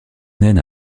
naine